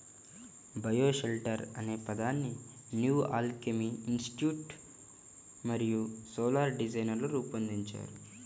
bioshelter అనే పదాన్ని New Alchemy Institute మరియు సోలార్ డిజైనర్లు రూపొందించారు